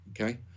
Okay